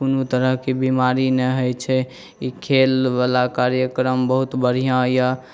कोनो तरहके बेमारी नहि होइ छै ई खेलवला कार्यक्रम बहुत बढ़िआँ अइ